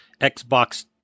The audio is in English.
xbox